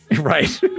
Right